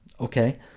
okay